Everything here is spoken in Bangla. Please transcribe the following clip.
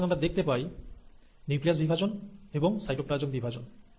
সুতরাং আমরা দেখতে পাই নিউক্লিয়াস বিভাজন এবংসাইটোপ্লাজম বিভাজন